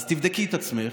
אז תבדקי את עצמך.